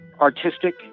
artistic